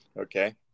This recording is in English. okay